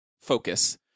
focus